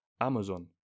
Amazon